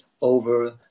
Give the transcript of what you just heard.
over